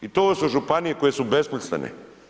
I to su županije koje su besmislene.